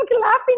laughing